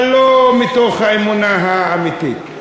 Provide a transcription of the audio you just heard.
אבל מתוך אמונה אמיתית.